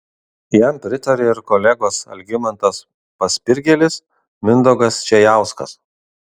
jam pritarė ir kolegos algimantas paspirgėlis mindaugas čėjauskas